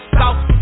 south